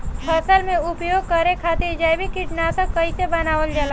फसल में उपयोग करे खातिर जैविक कीटनाशक कइसे बनावल जाला?